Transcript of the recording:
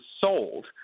sold